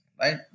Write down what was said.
Right